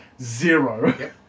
zero